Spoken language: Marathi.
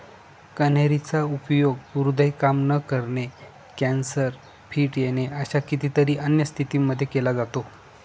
कन्हेरी चा उपयोग हृदय काम न करणे, कॅन्सर, फिट येणे अशा कितीतरी अन्य स्थितींमध्ये केला जातो